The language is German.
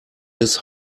des